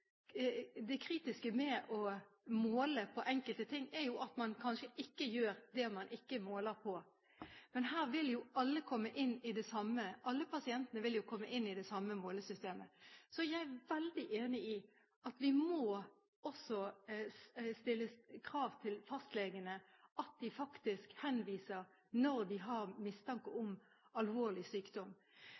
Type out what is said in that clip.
Det kritiske med å måle på enkelte ting er at man kanskje ikke gjør det man ikke måler på. Men alle pasientene vil jo komme inn i det samme målesystemet. Så er jeg veldig enig i at vi også må stille krav til fastlegene om at de faktisk henviser når de har mistanke om alvorlig sykdom.